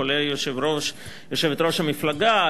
כולל יושבת-ראש המפלגה,